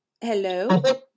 Hello